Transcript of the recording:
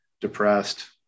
depressed